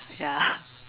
ya